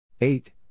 eight